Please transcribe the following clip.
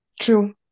True